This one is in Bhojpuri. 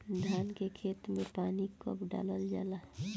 धान के खेत मे पानी कब डालल जा ला?